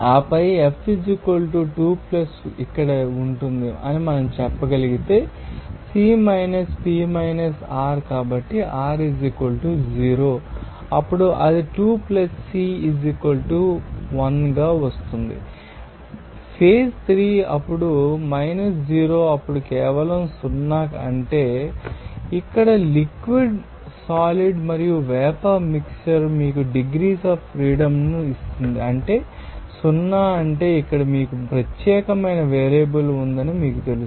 ఆపై F 2 ఇక్కడ ఉంటుంది అని మనం చెప్పగలిగేది C P r కాబట్టి r 0 అప్పుడు అది 2 C 1 గా వస్తుంది ఫేజ్ 3 అప్పుడు 0 అప్పుడు కేవలం 0 అంటే ఇక్కడ లిక్విడ్ సాలిడ్ మరియు వేపర్ మిక్ట్చర్ మీకు డిగ్రీస్ అఫ్ ఫ్రీడమ్ను ఇస్తుంది అంటే 0 అంటే ఇక్కడ మీకు ప్రత్యేకమైన వేరియబుల్ ఉందని మీకు తెలుసు